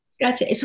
Gotcha